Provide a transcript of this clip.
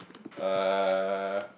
uh